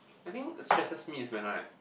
I think the stresses me is when I